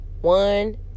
one